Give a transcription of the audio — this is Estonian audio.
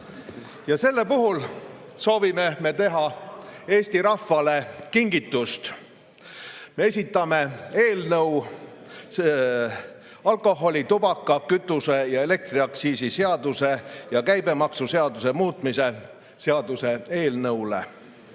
Selle puhul soovime me teha Eesti rahvale kingituse. Me anname üle alkoholi‑, tubaka‑, kütuse‑ ja elektriaktsiisi seaduse ja käibemaksuseaduse muutmise seaduse eelnõu.